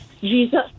Jesus